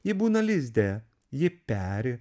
ji būna lizde ji peri